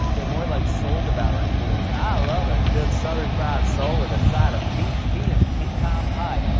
they're more like soul-devouring ghouls. i love a good southern-fried soul with a side of peach tea and pecan pie.